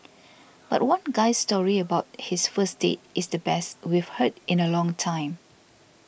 but one guy's story about his first date is the best we've heard in a long time